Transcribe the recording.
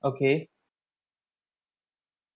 okay